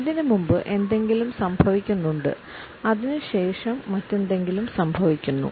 അതിനുമുമ്പ് എന്തെങ്കിലും സംഭവിക്കുന്നുണ്ട് അതിനുശേഷം മറ്റെന്തെങ്കിലും സംഭവിക്കുന്നു